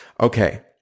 Okay